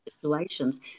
situations